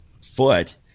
foot